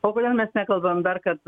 o kodėl mes nekalbam dar kad